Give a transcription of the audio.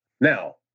Now